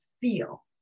feel